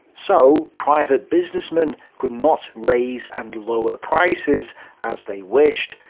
so, private businessmen could not raise and lower prices as they wished,